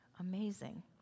Amazing